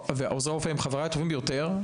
ועוזרי הרופא הם חבריי הטובים ביותר,